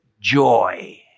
joy